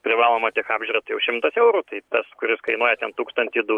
privaloma tiek apžiūrą tai jau šimtas eurų tai tas kuris kainuoja ten tūkstantį du